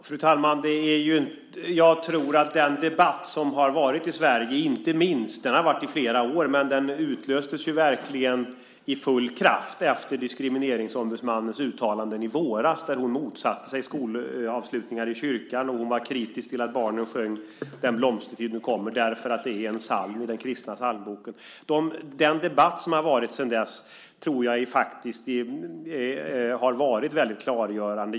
Fru talman! Jag tror att den debatt som har varit i Sverige och som har pågått i flera år men som verkligen utlöstes med full kraft efter Diskrimineringsombudsmannens uttalanden i våras, där hon motsatte sig skolavslutningar i kyrkan och var kritisk till att barnen sjöng Den blomstertid nu kommer därför att det är en psalm i den kristna psalmboken, har varit väldigt klargörande.